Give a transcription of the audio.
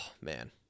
man